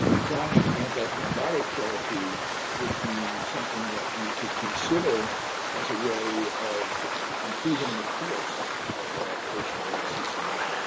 chronic anti-thrombotic therapy would be something that you could consider as a way of improving the course of a patient with a ccm.